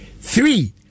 Three